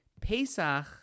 Pesach